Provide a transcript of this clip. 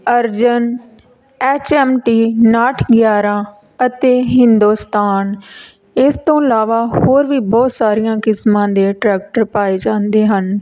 Arjan H M T ਅਨਾਹਠ ਗਿਆਰਾਂ ਅਤੇ ਹਿੰਦੁਸਤਾਨ ਇਸ ਤੋਂ ਇਲਾਵਾ ਹੋਰ ਵੀ ਬਹੁਤ ਸਾਰੀਆਂ ਕਿਸਮਾਂ ਦੇ ਟਰੈਕਟਰ ਪਾਏ ਜਾਂਦੇ ਹਨ